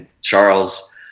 Charles